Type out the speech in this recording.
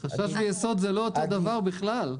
"חשש" ו"יסוד" זה לא אותו דבר בכלל.